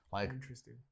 Interesting